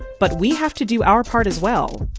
but we have to do our part as well.